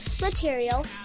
material